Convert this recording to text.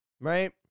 right